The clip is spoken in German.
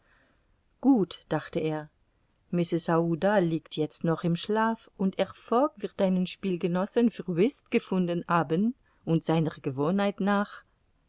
gut dachte er mrs aouda liegt jetzt noch im schlaf und herr fogg wird einen spielgenossen für whist gefunden haben und seiner gewohnheit nach